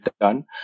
done